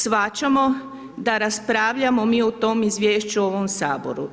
Shvaćamo da raspravljamo mi o tom izvješću u ovom Saboru.